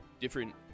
different